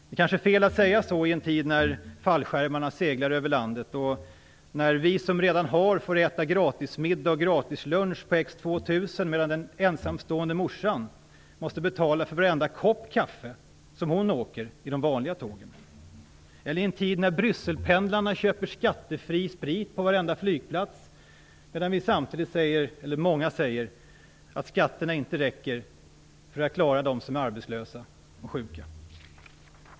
Det är kanske fel att säga så i en tid när fallskärmarna seglar över landet och när vi som redan har får äta gratismiddag och gratislunch på X 2000, medan den ensamstående mamman måste betala för varenda kopp kaffe när hon åker på de vanliga tågen. Eller i en tid när Brysselpendlarna köper skattefri sprit på varenda flygplats, samtidigt som många säger att skatterna inte räcker för att klara dem som är arbetslösa och sjuka.